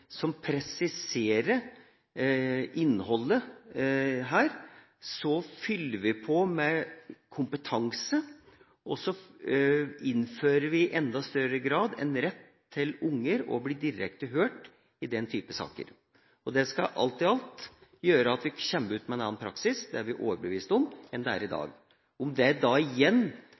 som presiserer innholdet her, så fyller vi på med kompetanse, og så innfører vi i enda større grad en rett for unger til å bli direkte hørt i den typen saker. Det skal alt i alt gjøre at vi kommer ut med en annen praksis – det er vi overbevist om – enn det er i dag. Hva slags utslag det